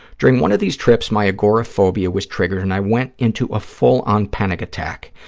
during one of these trips, my agoraphobia was triggered and i went into a full-on panic attack